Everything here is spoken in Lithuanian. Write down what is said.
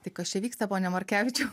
tai kas čia vyksta pone markevičiau